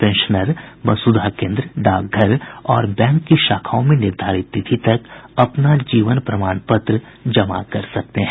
pensioner Vasudha Kendra डाकघर और bank की शाखाओं में निर्धारित तिथि तक अपना जीवन प्रमाण पत्र जमा कर सकते हैं